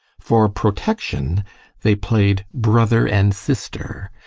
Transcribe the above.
for protection they played brother and sister.